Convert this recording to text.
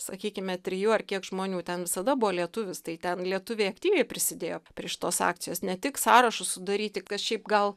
sakykime trijų ar kiek žmonių ten visada buvo lietuvis tai ten lietuviai aktyviai prisidėjo prie šitos akcijos ne tik sąrašus sudaryti kas šiaip gal